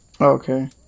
Okay